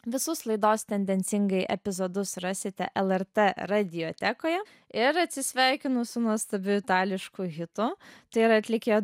visus laidos tendencingai epizodus rasite lrt radiotekoje ir atsisveikinu su nuostabiu itališku hitu tai yra atlikėjo